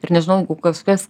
ir nežinau kažkas